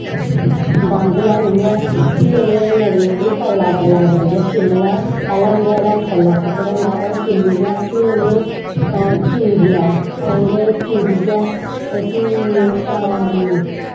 बंज्झ लेआनियै फ्ही उनेंगी मतलव पतला पतला करियै छिल्लना पैह्लैं जेह्ड़ा उंदा उप्परला सिक्कड़ होंदे ओह् छिल्लियै फ्ही उनेंगी चीरना उनेंगी चीरियै ते फ्ही